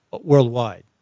worldwide